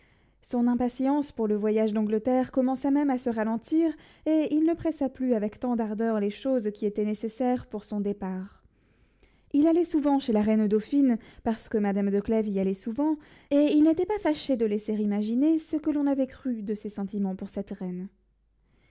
son impatience pour le voyage d'angleterre commença même à se ralentir et il ne pressa plus avec tant d'ardeur les choses qui étaient nécessaires pour son départ il allait souvent chez la reine dauphine parce que madame de clèves y allait souvent et il n'était pas fâché de laisser imaginer ce que l'on avait cru de ses sentiments pour cette reine